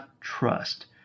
trust